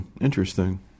interesting